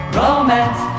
romance